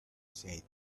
said